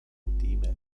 kutime